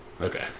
Okay